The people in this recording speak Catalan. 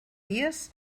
dies